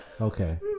Okay